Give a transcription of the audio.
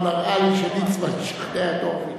לא נראה לי שליצמן ישכנע את הורוביץ.